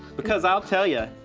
because i'll tell ya,